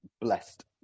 blessed